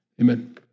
Amen